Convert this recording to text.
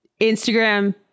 Instagram